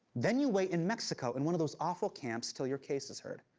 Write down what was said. then you wait in mexico in one of those awful camps till your case is heard.